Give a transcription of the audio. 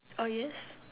oh yes